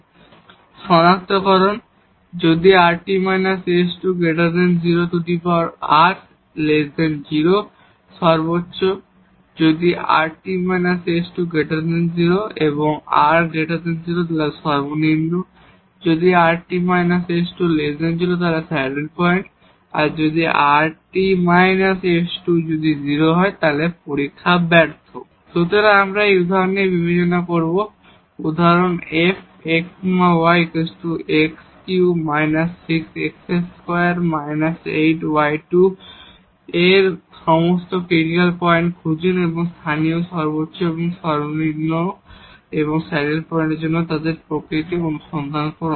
• সনাক্তকরণ ⮚ যদি rt − s2 0∧r 0 maximum ⮚ যদি rt − s2 0∧r 0 মিনিমাম ⮚ যদি rt − s2 0 স্যাডেল পয়েন্ট ⮚ যদি rt − s2 0 টেস্ট ফেল সুতরাং আমরা এই উদাহরণ বিবেচনা করব উদাহরণ f x y x3−6 x2−8 y2 এর সমস্ত ক্রিটিকাল পয়েন্ট খুঁজুন এবং লোকাল ম্যাক্সিমা এবং লোকাল মিনিমা এবং স্যাডেল পয়েন্টের জন্য তাদের প্রকৃতি অনুসন্ধান করুন